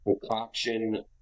concoction